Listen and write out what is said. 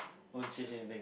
don't change anything